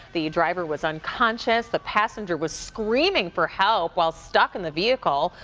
the driver was unconscious. the passenger was screaming for help while stuck in the vehicle.